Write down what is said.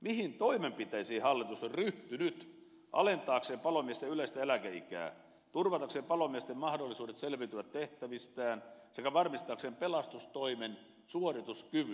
mihin toimenpiteisiin hallitus on ryhtynyt alentaakseen palomiesten yleistä eläkeikää turvatakseen palomiesten mahdollisuudet selviytyä tehtävistään sekä varmistaakseen pelastustoimen suorituskyvyn